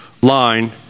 line